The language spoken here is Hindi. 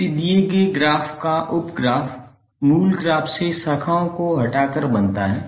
किसी दिए गए ग्राफ का उप ग्राफ मूल ग्राफ से शाखाओं को हटाकर बनता है